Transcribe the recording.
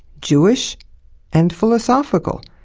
jewish and philosophical.